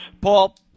Paul